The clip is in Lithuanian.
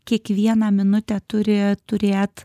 kiekvieną minutę turi turėt